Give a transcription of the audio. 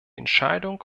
entscheidung